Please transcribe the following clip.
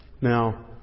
Now